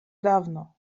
dawno